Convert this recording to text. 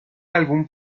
álbum